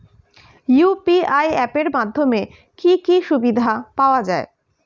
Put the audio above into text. UPI app এর মাধ্যমে কি কি সুবিধা পাওয়া যায়?